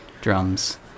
drums